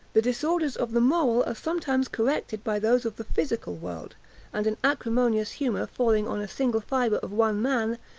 the disorders of the moral, are sometimes corrected by those of the physical, world and an acrimonious humor falling on a single fibre of one man,